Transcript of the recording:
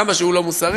כמה שהוא לא מוסרי.